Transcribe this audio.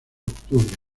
octubre